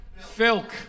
Filk